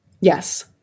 Yes